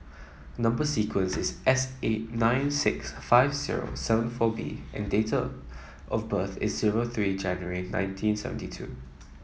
number sequence is S eight nine six five zero seven four B and date of birth is zero three January nineteen seventy two